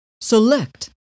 select